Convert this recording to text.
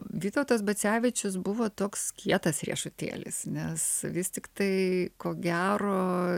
vytautas bacevičius buvo toks kietas riešutėlis nes vis tiktai ko gero